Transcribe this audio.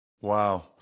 Wow